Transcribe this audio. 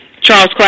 Charles